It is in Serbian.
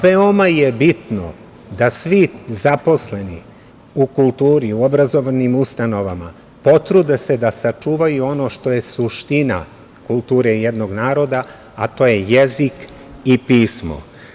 Veoma je bitno da se svi zaposleni u kulturi, u obrazovnim ustanovama, potrude da sačuvaju ono što je suština kulture jednog naroda, a to je jezik i pismo.